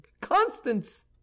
Constance